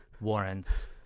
warrants